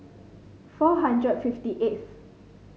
four hundred fifty eighth